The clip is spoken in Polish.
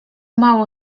mało